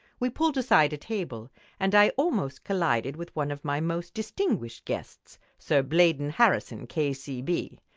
we pulled aside a table and i almost collided with one of my most distinguished guests sir blaydon harrison, k c b.